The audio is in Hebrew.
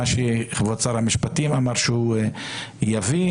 שכבוד שר המשפטים אמר שהוא יבוא,